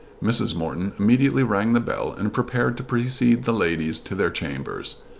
mrs. morton immediately rang the bell and prepared to precede the ladies to their chambers.